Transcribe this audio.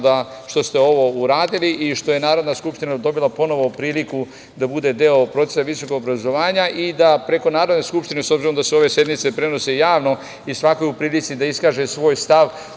što ste ovo uradili i što je Narodna skupština dobila ponovo priliku da bude deo procesa visokog obrazovanja. Preko Narodne skupštine, s obzirom da se ove sednice prenose javno, svako je u prilici da iskaže svoj stav